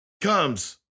comes